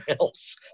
else